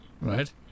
right